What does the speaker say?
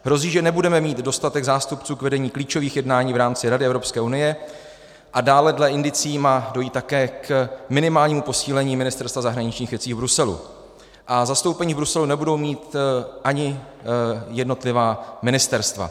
Hrozí, že nebudeme mít dostatek zástupců k vedení klíčových jednání v rámci Rady Evropské unie, a dále dle indicií má dojít také k minimálnímu posílení Ministerstva zahraničních věcí v Bruselu a zastoupení v Bruselu nebudou mít ani jednotlivá ministerstva.